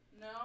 No